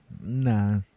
Nah